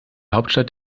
hauptstadt